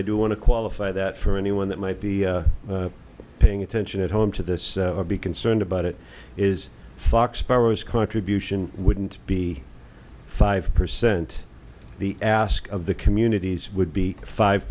i do want to qualify that for anyone that might be paying attention at home to this would be concerned about it is fox sparrows contribution wouldn't be five percent the ask of the communities would be five